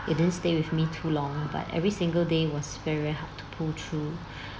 it didn't stay with me too long but every single day was very very hard to pull through